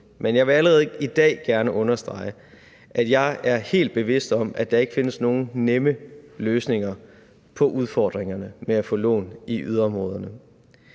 Men jeg vil allerede i dag gerne understrege, at jeg er helt bevidst om, at der ikke findes nogen nemme løsninger på udfordringerne med at få lån i yderområderne.